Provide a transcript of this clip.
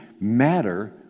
matter